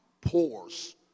pores